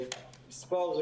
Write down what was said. מספר,